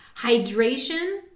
hydration